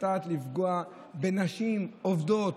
נתת לפגוע בנשים עובדות.